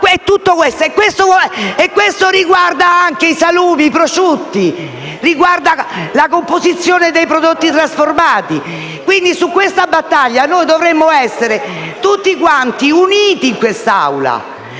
Questo riguarda anche i salumi, i prosciutti, la composizione dei prodotti trasformati. Su questa battaglia dovremmo essere tutti quanti uniti in quest'Aula,